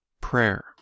prayer